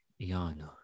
Iano